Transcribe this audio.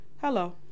Hello